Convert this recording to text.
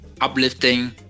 uplifting